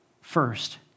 first